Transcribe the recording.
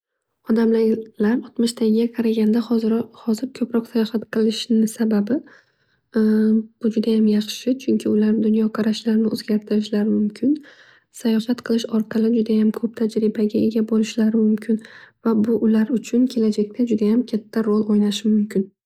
Odamlar o'tmishdagiga qaraganda hozir ko'proq sayohat qilishini sababi bu judayam yaxshi chunki ular dunyo qarashlarini o'zgartirishlari mumkin. Sayohat qilish orqali juda ham tajribaga ega bo'lishlari mumkin va bu ular uchun kelajakda juda katta ro'l o'ynashi mumkin.